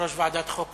יושב-ראש ועדת חוק,